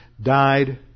died